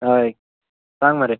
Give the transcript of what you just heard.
हय सांग मरे